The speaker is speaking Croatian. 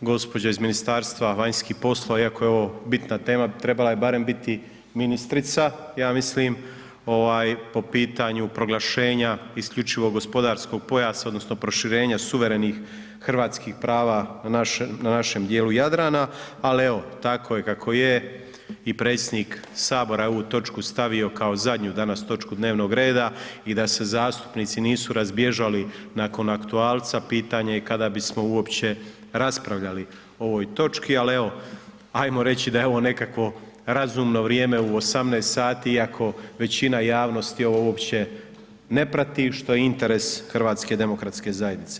gđa. iz Ministarstva vanjskih poslova iako je ovo bitna tema, trebala je barem biti ministrica, ja mislim po pitanju proglašenja isključivog gospodarskog pojasa odnosno proširenja suverenih hrvatskih prava na našem dijelu Jadrana, ali evo, tako je kako je i predsjednik HS je ovu točku stavio kao zadnju danas točku dnevnog reda i da se zastupnici nisu razbježali nakon aktualca, pitanje je kada bismo uopće raspravljali o ovoj točki, ali evo, ajmo reći da je ovo nekakvo razumno vrijeme u 18 sati iako većina javnosti ovo uopće ne prati što je interes HDZ-a.